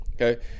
Okay